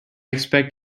expect